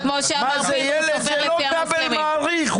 זה כמו בקרקר נגד קרקר היא לקחה את הקקאו,